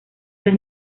las